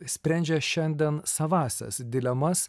sprendžia šiandien savąsias dilemas